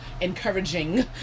encouraging